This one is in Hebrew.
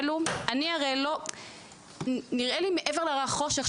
אני פוגשת את זה ברפואה ובבנייה,